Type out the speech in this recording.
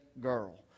girl